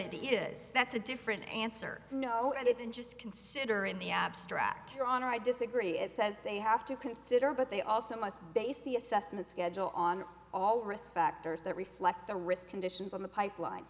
it is that's a different answer no and just consider in the abstract your honor i disagree it says they have to consider but they also must base the assessment schedule on all risk factors that reflect the risk conditions on the pipeline